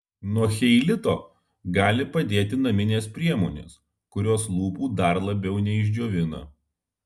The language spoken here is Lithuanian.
nuo cheilito gali padėti naminės priemonės kurios lūpų dar labiau neišdžiovina